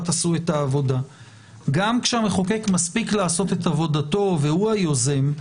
הם אלה שעשו את העבודה; גם כשהמחוקק מספיק לעשות את עבודתו והוא היוזם,